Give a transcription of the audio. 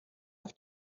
авч